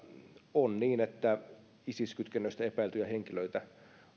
on niin että isis kytkennöistä epäiltyjä henkilöitä